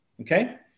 okay